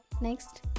Next